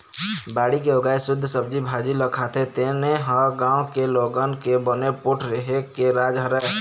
बाड़ी के उगाए सुद्ध सब्जी भाजी ल खाथे तेने ह गाँव के लोगन के बने पोठ रेहे के राज हरय